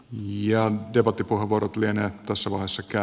ja joku tipahvuorot lienee kosovoon sekä